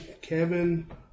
Kevin